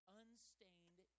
unstained